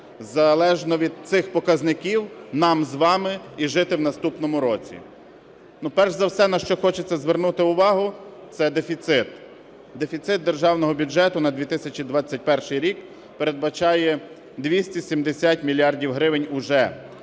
залежно від цих показників нам з вами і жити в наступному році. Ну, перш за все на що хочеться звернути увагу, це дефіцит. Дефіцит державного бюджету на 2021 рік передбачає 270 мільярдів гривень уже.